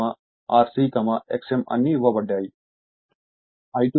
I2 10 ampere ఇవ్వబడింది 0